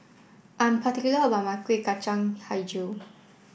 I am particular about my Kuih Kacang Hijau